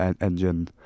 engine